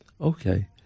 okay